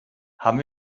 haben